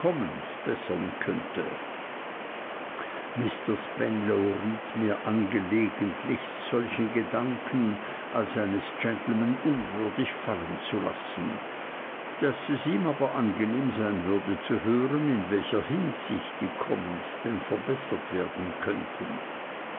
könnte mr spenlow riet mir angelegentlichst solchen gedanken als eines gentleman unwürdig fallen zu lassen daß es ihm aber angenehm sein würde zu hören in welcher hinsicht die commons denn verbessert werden könnten